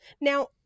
Now